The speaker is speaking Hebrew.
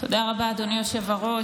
תודה רבה, אדוני היושב-ראש.